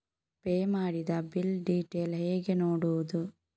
Pay ಮಾಡಿದ bill detail ಹೇಗೆ ನೋಡುವುದು?